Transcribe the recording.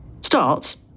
starts